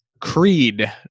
Creed